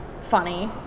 funny